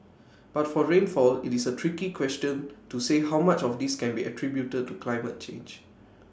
but for rainfall IT is A tricky question to say how much of this can be attributed to climate change